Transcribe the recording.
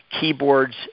keyboards